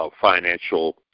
financial